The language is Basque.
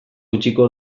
utziko